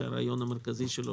שהרעיון המרכזי שלו